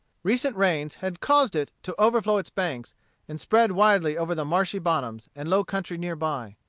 recent rains had caused it to overflow its banks and spread widely over the marshy bottoms and low country near by.